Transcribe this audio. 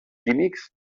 químics